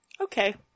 Okay